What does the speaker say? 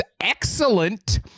excellent